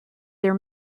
their